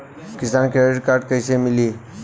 किसान credit card कइसे मिली?